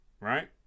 right